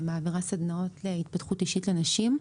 מעבירה סדנאות להתפתחות אישית לנשים.